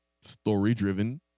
story-driven